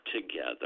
together